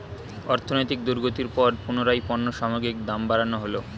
অর্থনৈতিক দুর্গতির পর পুনরায় পণ্য সামগ্রীর দাম বাড়ানো হলো